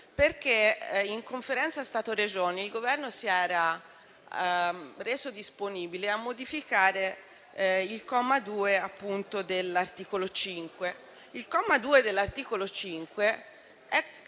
perché in Conferenza Stato-Regioni il Governo si era reso disponibile a modificare il comma 2 dell'articolo 5, che prevede le